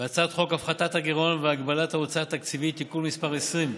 והצעת חוק הפחתת הגירעון והגבלת ההוצאה התקציבית (תיקון מס' 20)